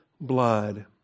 blood